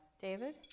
David